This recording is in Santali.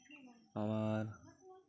ᱟᱨ